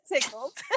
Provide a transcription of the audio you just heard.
Tickled